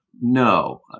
no